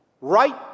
Right